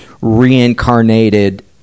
reincarnated